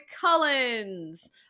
Cullens